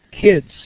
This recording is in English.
kids